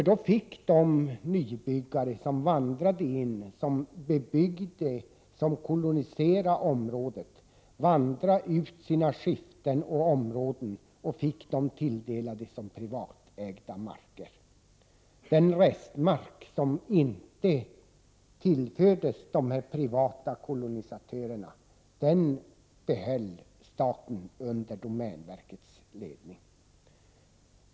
Då fick de nybyggare som invandrade, bebyggde och koloniserade de här trakterna vandra ut sina skiften och fick dem sig tilldelade som privatägda marker. Den restmark som inte tillfördes de privata kolonisatörerna behöll staten under domänverkets ledning.